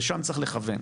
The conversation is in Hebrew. לשם צריך לכוון.